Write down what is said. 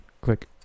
Click